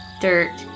dirt